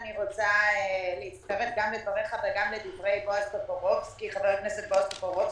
אני רוצה להצטרף גם לדבריך וגם לדברי חבר הכנסת בועז טופורובסקי,